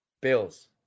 Bills